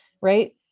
right